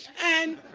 and